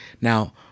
Now